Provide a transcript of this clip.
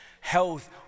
health